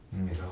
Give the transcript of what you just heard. mmhmm